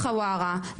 חווארה,